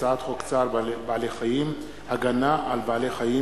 הצעת חוק צער בעלי-חיים (הגנה על בעלי-חיים)